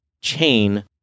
chain